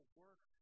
work